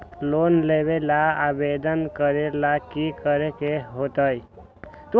Loan लेबे ला आवेदन करे ला कि करे के होतइ?